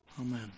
Amen